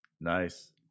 Nice